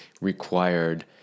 required